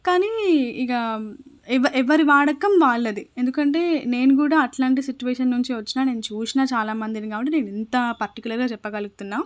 కానీ ఇక ఎవరి వాడకం వాళ్ళది ఎందుకంటే నేను కూడా అట్లాంటి సిచ్యువేషన్ నుంచే వచ్చిన నేను చూశాను చాలా మందిని కాబట్టి నేనింత పర్టిక్యులర్గా చెప్పగలుగుతున్న